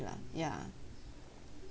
lah ya